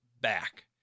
back